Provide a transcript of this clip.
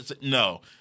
no